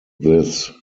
this